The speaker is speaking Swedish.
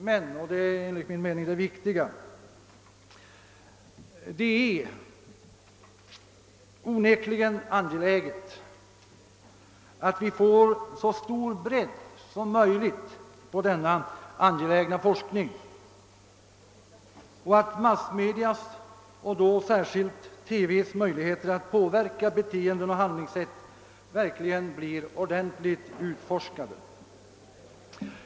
Men — och det är enligt min mening det väsentliga — det är onekligen angeläget att vi får så stor bredd som möjligt på denna viktiga forskning och att massmedias, och då särskilt TV:s möjligheter att påverka beteenden och handlingssätt verkligen blir ordentligt utforskade.